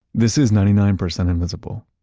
this is ninety nine percent invisible.